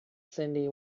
cyndi